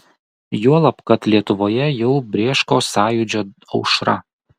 juolab kad lietuvoje jau brėško sąjūdžio aušra